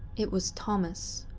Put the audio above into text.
it was thomas.